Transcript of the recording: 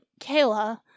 Kayla